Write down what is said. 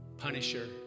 Punisher